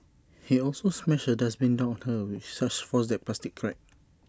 he also smashed A dustbin down on her with such force that the plastic cracked